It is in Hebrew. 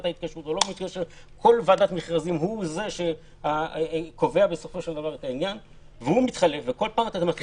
כל ועדת מכרזים הוא זה שקובע בסופו של דבר והוא כל הזמן מתחלף.